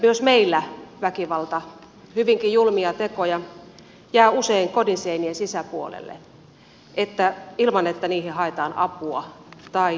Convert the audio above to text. myös meillä hyvinkin julmia tekoja jää usein kodin seinien sisäpuolelle ilman että niihin haetaan apua tai niistä kerrotaan kenellekään